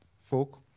folk